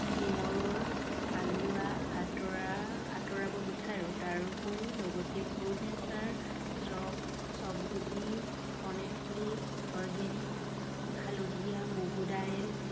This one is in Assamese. ডিমৰুৰ হালৱা আঁতৰা আঁতৰাব বিচাৰো তাৰোপৰি লগতে প্ৰো নেচাৰ চফ চফগুটি অনেষ্ট্লী অৰ্গেনিক হালধীয়া মগু দাইল